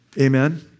Amen